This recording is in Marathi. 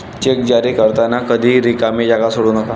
चेक जारी करताना कधीही रिकामी जागा सोडू नका